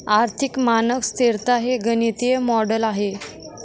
आर्थिक मानक स्तिरता हे गणितीय मॉडेल आहे